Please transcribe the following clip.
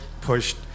pushed